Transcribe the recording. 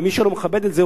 ומי שלא מכבד את זה,